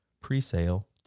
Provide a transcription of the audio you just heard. pre-sale